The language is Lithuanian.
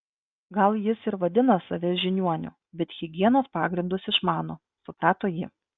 gal jis ir vadina save žiniuoniu bet higienos pagrindus išmano suprato ji